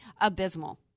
abysmal